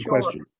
question